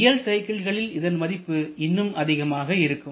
real சைக்கிள்களில் இதன் மதிப்பு இன்னும் அதிகமாக இருக்கும்